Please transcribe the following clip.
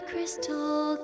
crystal